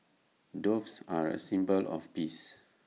doves are A symbol of peace